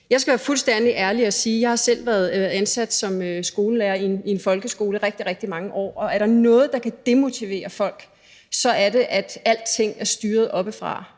Jeg skal være fuldstændig ærlig og sige, at jeg selv har været ansat som skolelærer i en folkeskole i rigtig, rigtig mange år, og er der noget, der kan demotivere folk, så er det, at alting er styret oppefra.